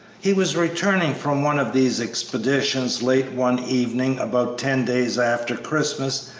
he was returning from one of these expeditions late one evening about ten days after christmas,